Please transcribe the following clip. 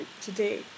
today